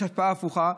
יש גם השפעה הפוכה,